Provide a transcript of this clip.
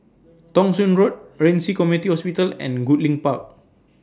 Thong Soon Road Ren Ci Community Hospital and Goodlink Park